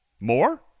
More